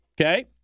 okay